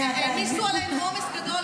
העמיסו עלינו עומס גדול,